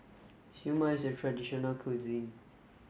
Siew Mai is a traditional local cuisine